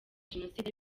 jenoside